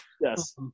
Yes